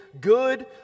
good